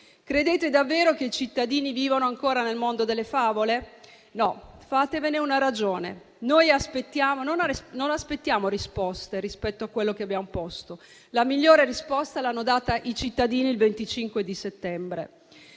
Credete davvero che i cittadini vivano ancora nel mondo delle favole? No, fatevene una ragione. Non aspettiamo risposte rispetto a quello che abbiamo posto, perché la migliore risposta l'hanno data i cittadini il 25 settembre.